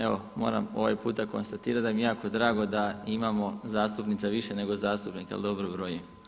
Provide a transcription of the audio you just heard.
Evo moram ovaj puta konstatirati da mi je jako drago da imamo zastupnica više nego zastupnika, ako dobro brojim.